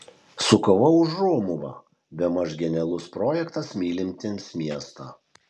su kava už romuvą bemaž genialus projektas mylintiems miestą